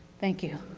thank you.